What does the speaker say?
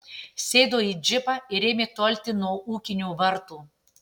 sėdo į džipą ir ėmė tolti nuo ūkinių vartų